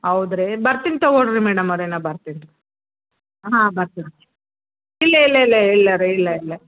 ಹೌದ್ರಿ ಬರ್ತೀನಿ ತಗೋಳ್ರಿ ಮೇಡಮರೇ ನಾನು ಬರ್ತೀನಿ ಹಾಂ ಬರ್ತೀನಿ ಇಲ್ಲ ಇಲ್ಲ ಇಲ್ಲ ಇಲ್ಲ ರೀ ಇಲ್ಲ ಇಲ್ಲ